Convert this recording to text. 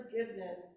forgiveness